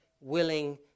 willing